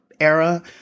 era